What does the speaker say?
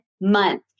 month